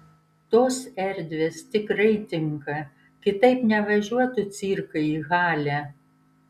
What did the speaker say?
tos erdvės tikrai tinka kitaip nevažiuotų cirkai į halę